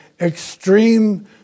extreme